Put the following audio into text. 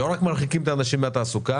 לא רק מרחיקים את האנשים מהתעסוקה,